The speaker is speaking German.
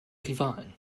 rivalen